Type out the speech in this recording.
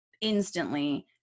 instantly